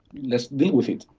let's deal with it.